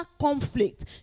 conflict